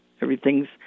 Everything's